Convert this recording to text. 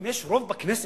אם יש רוב בכנסת,